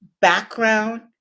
background